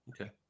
Okay